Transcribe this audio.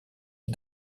est